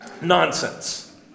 nonsense